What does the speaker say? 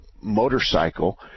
motorcycle